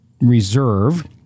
reserve